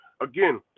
again